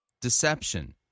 deception